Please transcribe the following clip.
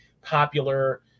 popular